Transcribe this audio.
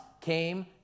came